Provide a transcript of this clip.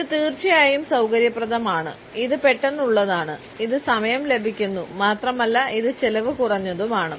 ഇത് തീർച്ചയായും സൌകര്യപ്രദമാണ് ഇത് പെട്ടെന്നുള്ളതാണ് ഇത് സമയം ലാഭിക്കുന്നു മാത്രമല്ല ഇത് ചെലവ് കുറഞ്ഞതുമാണ്